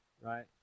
right